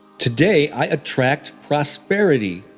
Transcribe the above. today, i attract prosperity.